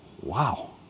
Wow